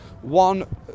One